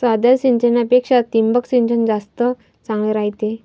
साध्या सिंचनापेक्षा ठिबक सिंचन जास्त चांगले रायते